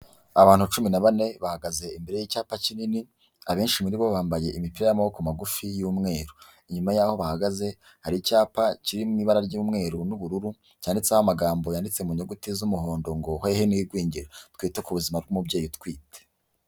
Abantu cumi na bane bahagaze imbere y'icyapa kinini abenshi muri bo bambaye imipi y'amaboko magufi y'umweru, inyuma y'aho bahagaze hari icyapa kiri mu ibara ry'umweru n'ubururu cyanditseho amagambo yanditse mu nyuguti z'umuhondo ngo hehe n'igwingira twite ku buzima bw'umubyeyi utwite.